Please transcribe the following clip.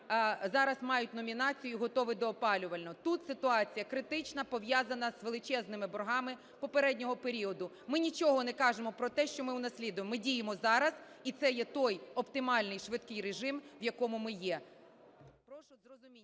зараз мають номінацію і готові до опалювального. Тут ситуація критична, пов'язана з величезними боргами попереднього періоду. Ми нічого не кажемо про те, що ми унаслідуємо. Ми діємо зараз. І це є той оптимальний швидкий режим, в якому ми є.